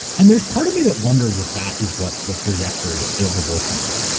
and there's part of me that wonders if that is what the trajectory of abortion is.